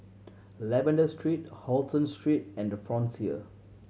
Lavender Street Halton Street and The Frontier